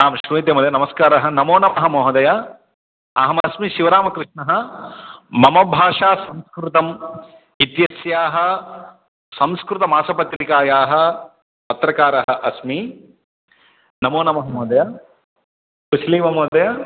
आं श्रुयते महोदय नमस्कारः नमो नमः महोदय अहम् अस्मि शिवरामकृष्णः मम भाषा संस्कृतम् इत्यस्याः संस्कृतमासपत्रिकायाः पत्रकारः अस्मि नमो नमः महोदय कुश्ली वा महोदय